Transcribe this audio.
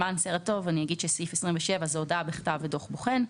סעיף 27 זה הודעה בכתב ודוח בוחן,